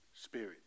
spirit